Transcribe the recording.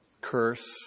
curse